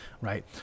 right